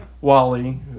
Wally